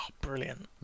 brilliant